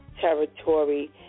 territory